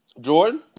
Jordan